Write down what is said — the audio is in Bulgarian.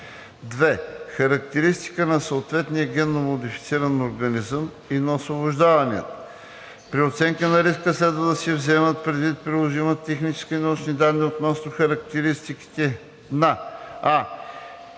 2. Характеристики на съответния генномодифициран организъм и на освобождаванията: При оценка на риска следва да се вземат предвид приложимите технически и научни данни относно характеристиките на: